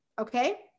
Okay